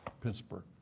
Pittsburgh